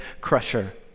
crusher